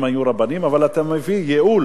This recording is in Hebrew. הם היו רבנים, אבל אתה מביא ייעול